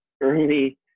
early